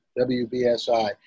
WBSI